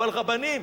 אבל רבנים?